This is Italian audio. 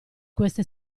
questa